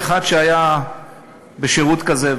כאחד שהיה בשירות כזה,